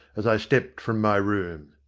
as i stepped from my room.